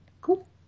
Cool